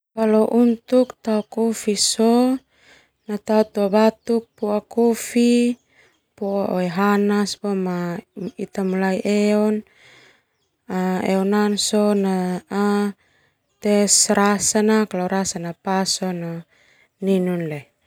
Tao tuabatuk poa kofi poa oehanas ita mulai eon basa sona ita tes rasa na kalo pas sona ninun leo.